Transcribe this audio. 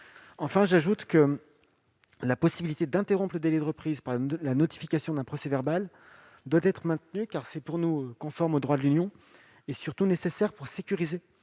Enfin, j'ajoute que la possibilité d'interrompre le délai de reprise par la notification d'un procès-verbal doit être maintenue. Elle est conforme au droit de l'Union et permet surtout de sécuriser